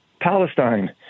Palestine